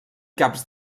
caps